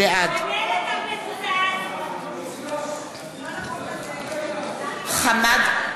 בעד חמד עמאר, אינו נוכח רועי